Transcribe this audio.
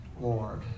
Lord